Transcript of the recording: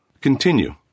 Continue